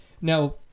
Now